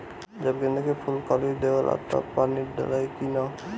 जब गेंदे के फुल कली देवेला तब पानी डालाई कि न?